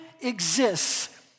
exists